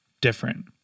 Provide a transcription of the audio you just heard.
different